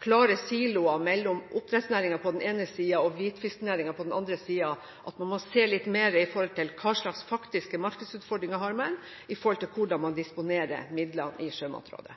klare siloer mellom oppdrettsnæringen på den ene siden og hvitfisknæringen på den andre siden, at man må se litt mer på hvilke faktiske markedsutfordringer man har, i forhold til hvordan man disponerer midler i Sjømatrådet.